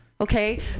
okay